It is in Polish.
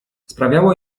sprawiało